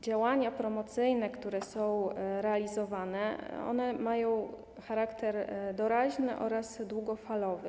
Działania promocyjne, które są realizowane, mają charakter doraźny oraz długofalowy.